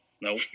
No